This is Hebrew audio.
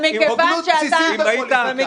הוגנות בסיסית בפוליטיקה.